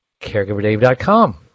caregiverdave.com